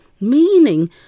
meaning